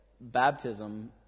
baptism